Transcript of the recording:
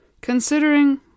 Considering